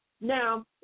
Now